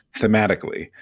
thematically